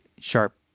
sharp